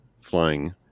flying